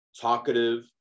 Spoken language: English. talkative